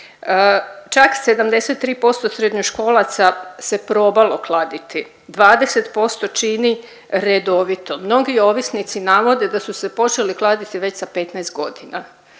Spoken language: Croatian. Čak 73% srednjoškolaca se probalo kladiti, 20% čini redovito. Mnogi ovisnici navode da su se počeli kladiti već sa 15 godina,